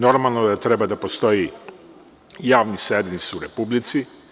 Normalno je da treba da postoji javni servis u Republici.